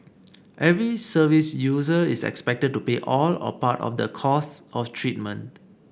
every service user is expected to pay all or part of the costs of treatment